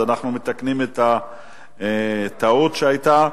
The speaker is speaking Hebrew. אז אנחנו מתקנים את הטעות שהיתה,